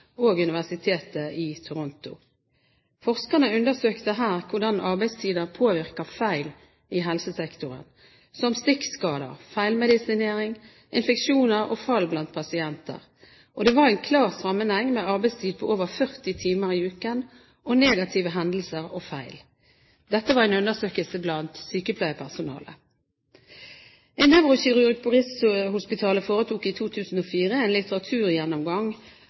og universitetet i Toronto. Forskerne undersøkte her hvordan arbeidstider påvirker feil i helsesektoren, som stikkskader, feilmedisinering, infeksjoner og fall blant pasienter. Det var en klar sammenheng med arbeidstid på over 40 timer i uken og negative hendelser og feil. Dette var en undersøkelse blant sykepleierpersonalet. En nevrokirurg på Rikshospitalet foretok i 2004 en litteraturgjennomgang